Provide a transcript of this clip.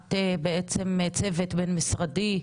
להקמת בעצם צוות בין משרדי,